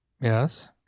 Yes